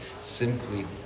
simply